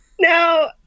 Now